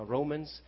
Romans